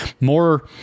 more